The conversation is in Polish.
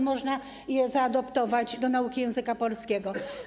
Można je zaadoptować do nauki języka polskiego.